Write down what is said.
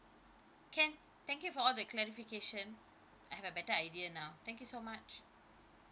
can thank you for all the clarification I have a better idea now thank you so much